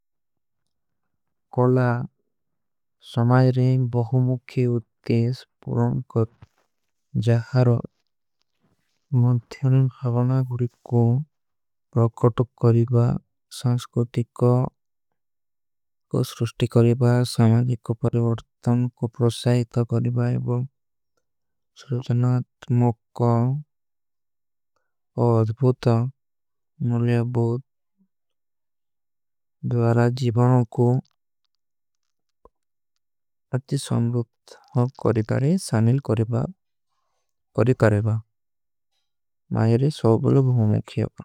କୌଲା ସମାଯରେଂ ବହୁମୁଖେ ଉତ୍ତେଶ ପୁରାଂକତ ଜାହରୋ। ମତ୍ଯାନେଂ ଖାଵଣାଗୁରିକୋ ପ୍ରକଟ କରିବା ସଂଶ୍କୌତିକୋ। କୋ ସ୍ରୁଷ୍ଟି କରିବା ସମାଜୀକୋ ପରିଵର୍ତନ କୋ ପ୍ରସାଇତ। କରିବା ଏବୋ ସୁରୁଷ୍ଟନାତ ମୌକା ଓଧଭୂତା ମୁଲ୍ଯାଭୂତ। ଦ୍ଵାରା ଜୀଵାନ କୋ ଅଚ୍ଛୀ ସମ୍ରୁପ୍ତ ହୋଗ କରିକାରେ। ସାନିଲ କରିବା ମାଯରେ ସୌବଲୋଗ ହୁମେଖେଵ।